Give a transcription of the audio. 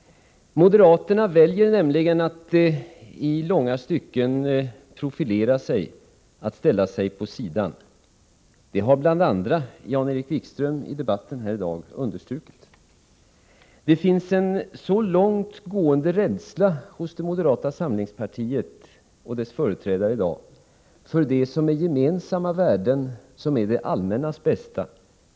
Moderaterna väljer att i långa stycken profilera sig, att ställa sig på sidan. Det har bl.a. Jan-Erik Wikström understrukit i debatten här i dag. Det finns en så långt gående rädsla hos moderata samlingspartiet och dess företrädare i dag för det som är gemensamma värden, det allmännas bästa.